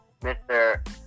Mr